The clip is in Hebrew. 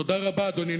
תודה רבה, אדוני.